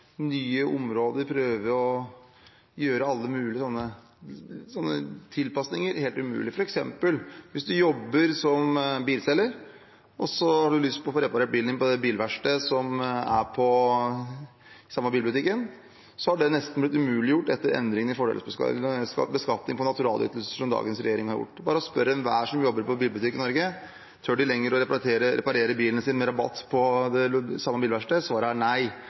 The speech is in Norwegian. nye områder og prøver å gjøre alle mulige tilpasninger helt umulig. Hvis man f.eks. jobber som bilselger og har lyst til å få reparert bilen på det bilverkstedet som er tilknyttet den samme bilbutikken, er det blitt nesten umuliggjort etter endringen i beskatning av naturalytelser, som dagens regjering har gjennomført. Spør bare enhver som jobber i bilbutikk i Norge: Tør de lenger å reparere bilen sin med rabatt på det samme bilverkstedet? Svaret er nei.